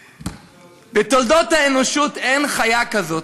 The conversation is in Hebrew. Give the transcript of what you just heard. דבריך, בתולדות האנושות אין חיה כזאת,